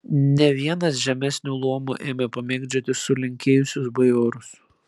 ne vienas žemesnio luomo ėmė pamėgdžioti sulenkėjusius bajorus